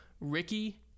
Ricky